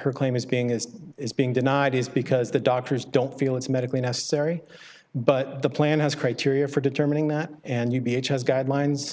her claim is being as is being denied is because the doctors don't feel it's medically necessary but the plan has criteria for determining that and you b h has guidelines